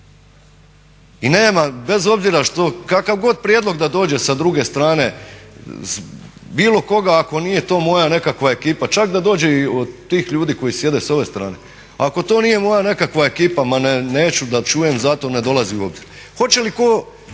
I nema, bez obzira kakav god prijedlog da dođe sa druge strane bilo koga ako nije to moja nekakva ekipa, čak da dođe i od tih ljudi koji sjede s ove strane ako to nije moja nekakva ekipa ma neću da čujem za to, ne dolazi u obzir. Hoće li tko